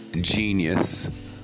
genius